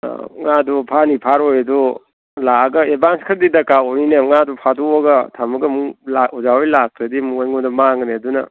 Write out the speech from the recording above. ꯉꯥꯗꯣ ꯐꯥꯅꯤ ꯐꯥꯔꯣ ꯍꯥꯏꯗꯣ ꯂꯥꯛꯑꯒ ꯑꯦꯗꯚꯥꯟꯁ ꯈꯔꯗꯤ ꯗꯔꯀꯥꯔ ꯑꯣꯏꯅꯤꯅꯦ ꯉꯥꯗꯣ ꯐꯥꯗꯣꯛꯑꯒ ꯊꯝꯃꯒ ꯑꯃꯨꯛ ꯑꯣꯖꯥꯍꯣꯏ ꯂꯥꯛꯇ꯭ꯔꯗꯤ ꯑꯃꯨꯛ ꯑꯩꯉꯣꯟꯗ ꯃꯥꯡꯒꯅꯦ ꯑꯗꯨꯅ